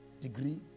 degree